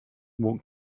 walk